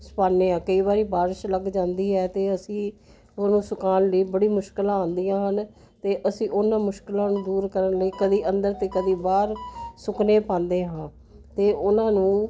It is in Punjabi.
ਸੁਕਾਉਂਦੇ ਹਾਂ ਕਈ ਵਾਰੀ ਬਾਰਿਸ਼ ਲੱਗ ਜਾਂਦੀ ਹੈ ਤਾਂ ਅਸੀਂ ਉਹਨੂੰ ਸੁਕਾਉਣ ਲਈ ਬੜੀ ਮੁਸ਼ਕਲਾਂ ਆਉਂਦੀਆਂ ਹਨ ਤਾਂ ਅਸੀਂ ਉਹਨਾਂ ਮੁਸ਼ਕਲਾਂ ਨੂੰ ਦੂਰ ਕਰਨ ਲਈ ਕਦੀ ਅੰਦਰ ਅਤੇ ਕਦੀ ਬਾਹਰ ਸੁੱਕਣੇ ਪਾਉਂਦੇ ਹਾਂ ਅਤੇ ਉਹਨਾਂ ਨੂੰ